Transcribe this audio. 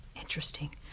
Interesting